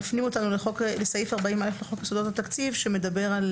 מפנים אותנו לסעיף 40(א) לחוק יסודות התקציב שמדבר על